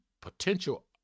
Potential